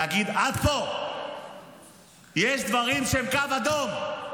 להגיד: עד פה, יש דברים שהם קו אדום.